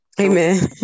Amen